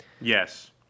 Yes